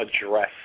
address